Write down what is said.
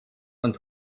und